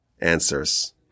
answers